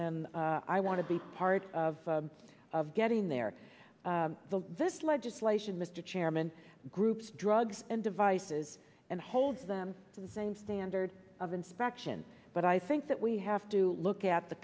this i want to be part of of getting there this legislation mr chairman groups drugs and devices and holds them to the same standard of inspection but i think that we have to look at the